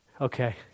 Okay